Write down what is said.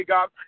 God